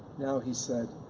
now he said,